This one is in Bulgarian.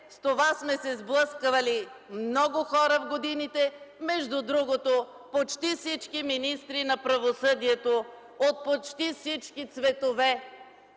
С това сме се сблъсквали много хора в годините. Между другото, почти всички министри на правосъдието от почти всички цветове